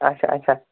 اچھا اچھا